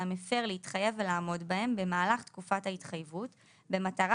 המפר להתחייב ולעמוד בהם במהלך תקופת ההתחייבות במטרה